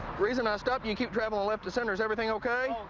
reason i stopped you, you keep driving left the center. is everything ok?